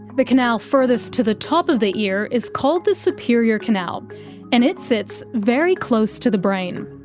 but canal furthest to the top of the ear is called the superior canal and it sits very close to the brain.